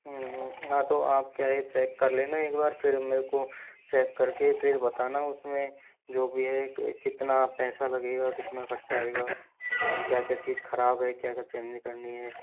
हाँ तो आप क्या है चेक कर लेना एक बार फिर मेरेको चेक करके फिर बताना उसमें जो भी है उसमे कितना पैसा लगेगा कितना खर्चा आएगा और क्या क्या चीज खराब है क्या क्या चेंज करनी है